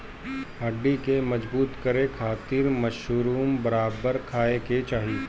हड्डी के मजबूत करे खातिर मशरूम बराबर खाये के चाही